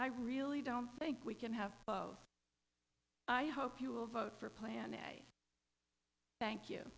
i really don't think we can have i hope you will vote for plan a thank you